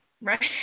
right